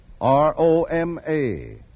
R-O-M-A